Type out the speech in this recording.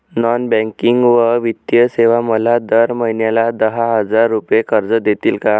Non banking व वित्तीय सेवा मला दर महिन्याला दहा हजार रुपये कर्ज देतील का?